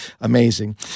amazing